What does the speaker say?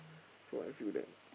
so I feel that